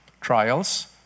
Trials